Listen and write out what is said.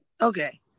Okay